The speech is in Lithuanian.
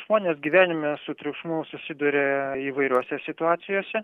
žmonės gyvenime su triukšmu susiduria įvairiose situacijose